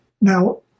Now